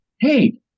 hey